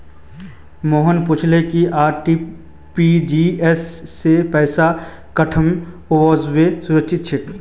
मोहन पूछले कि आर.टी.जी.एस स पैसा पठऔव्वा सुरक्षित छेक